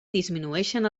disminueixen